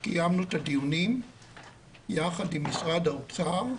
עת קיימנו את הדיונים יחד עם משרד האוצר,